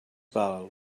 val